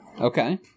okay